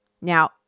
Now